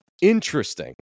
Interesting